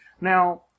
Now